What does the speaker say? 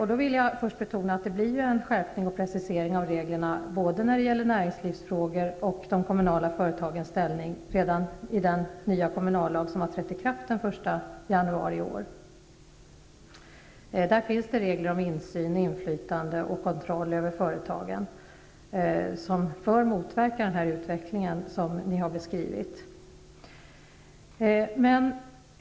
Jag vill först betona att det har gjorts en skärpning och en precisering av reglerna, när det gäller både näringslivsfrågor och de kommunala företagens ställning, i den nya kommunallag som trädde i kraft den 1 januari i år. Där finns regler om insyn i, inflytande och kontroll över företagen, och de motverkar den utveckling som här har beskrivits.